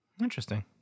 Interesting